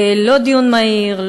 לא דיון מהיר,